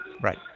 Right